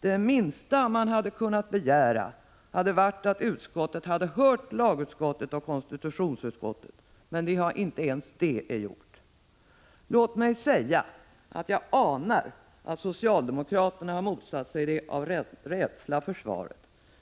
Det minsta man kunnat begära hade varit att utskottet hade hört lagutskottet och konstitutionsutskottet, men inte ens det har man gjort. Låt mig säga att jag anar att socialdemokraterna motsatt sig det av rädsla för svaret,